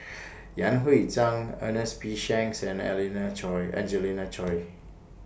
Yan Hui Chang Ernest P Shanks and Elena Choy Angelina Choy